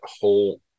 whole